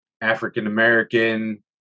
African-American